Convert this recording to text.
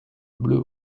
bleu